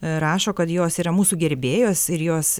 rašo kad jos yra mūsų gerbėjos ir jos